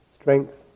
strength